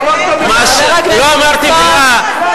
לא אמרת מלה.